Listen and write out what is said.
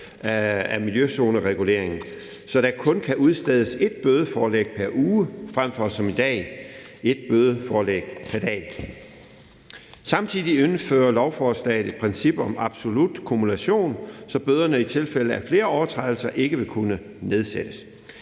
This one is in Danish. af miljøzonereguleringen, således at der kun kan udstedes ét bødeforelæg pr. uge, frem for at det som i dag er ét bødeforelæg pr. dag. Samtidig indfører vi med lovforslaget et princip om absolut kumulation, så bøderne i tilfælde af flere overtrædelser ikke vil kunne nedsættes.